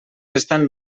estan